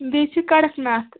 بیٚیہِ چھُ کَڑتھ ناتھ